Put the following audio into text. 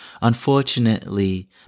unfortunately